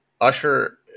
Usher